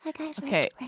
Okay